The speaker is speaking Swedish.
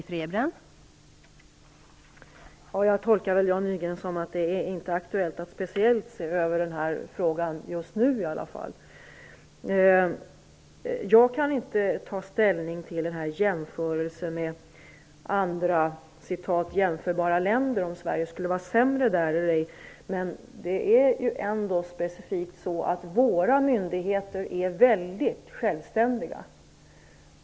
Fru talman! Jag tolkar Jan Nygren så att det inte är aktuellt att speciellt se över denna fråga - inte just nu i alla fall. Jag kan inte ta ställning till jämförelsen med andra "jämförbara länder" och huruvida Sverige skulle vara sämre än dessa eller ej. Men svenska myndigheter är faktiskt väldigt självständiga.